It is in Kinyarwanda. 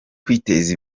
kwiteza